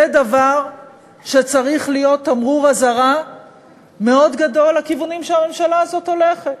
זה דבר שצריך להיות תמרור אזהרה מאוד גדול לכיוונים שהממשלה הזאת הולכת.